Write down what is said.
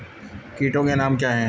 कीटों के नाम क्या हैं?